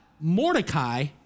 Mordecai